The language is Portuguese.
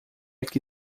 que